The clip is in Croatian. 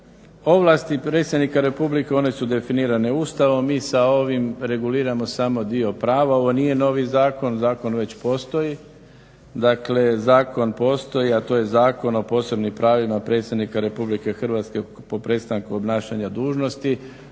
ovlasti predsjednika republike, one su definirane Ustavom. Mi samo ovim reguliramo samo dio pravo, ovo nije novi zakon, zakon već postoji. Dakle, zakon postoji, a to je Zakon o posebnim pravima predsjednika Republike Hrvatske po prestanku obnašanja dužnosti.